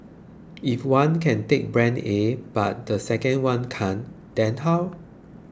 if one can take brand A but the second one cannot then how